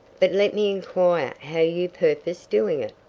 but let me inquire how you purpose doing it?